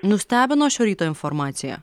nustebino šio ryto informacija